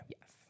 Yes